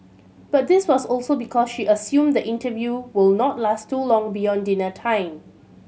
but this was also because she assumed the interview will not last too long beyond dinner time